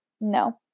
No